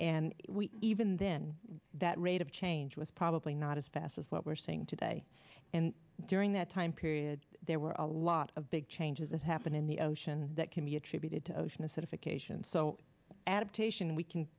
and even then that rate of change was probably not as fast as what we're seeing today and during that time period there were a lot of big changes that happen in the ocean that can be attributed to ocean acidification so adaptation we can